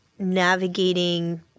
navigating